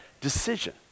decision